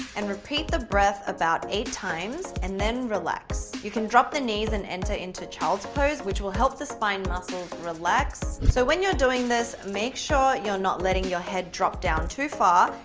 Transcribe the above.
and repeat the breath about eight times and then relax, you can drop the knees and enter into child's pose which will help the spine muscles relax, so when you're doing this, make sure you're not letting your head drop down too far,